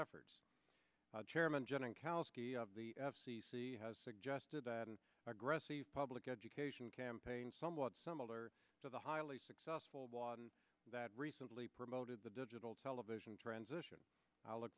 koski of the f c c has suggested that an aggressive public education campaign somewhat similar to the highly successful blog that recently promoted the digital television transition i look